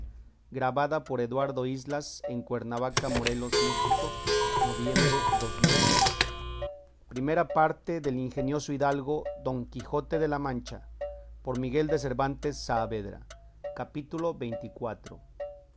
su majestad he visto este libro de la segunda parte del ingenioso caballero don quijote de la mancha por miguel de cervantes saavedra